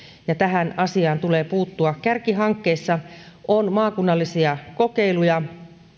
ja tähän asiaan tulee puuttua kärkihankkeissa on maakunnallisia kokeiluja